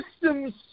systems